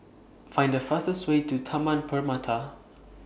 Find The fastest Way to Taman Permata